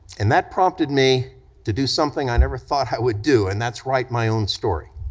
and that prompted me to do something i never thought i would do, and that's write my own story.